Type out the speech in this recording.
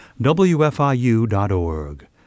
wfiu.org